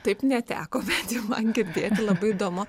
taip neteko bent jau man girdėti labai įdomu